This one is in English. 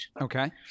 Okay